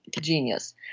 genius